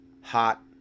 hot